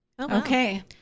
Okay